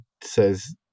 says